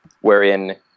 wherein